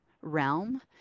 realm